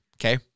okay